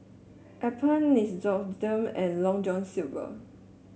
Alpen Nixoderm and Long John Silver